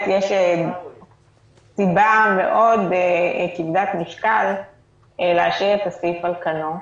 יש סיבה מאוד כבדת משקל להשאיר את הסעיף על כנו.